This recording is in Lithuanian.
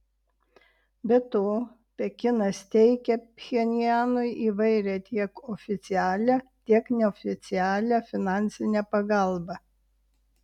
be to pekinas teikia pchenjanui įvairią tiek oficialią tiek neoficialią finansinę pagalbą